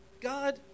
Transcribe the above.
God